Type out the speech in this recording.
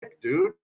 dude